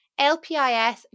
LPIS